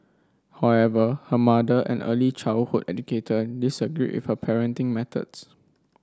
however her mother an early childhood educator disagreed with her parenting methods